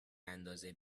ندازه